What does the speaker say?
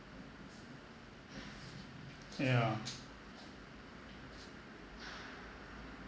yeah